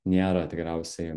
nėra tikriausiai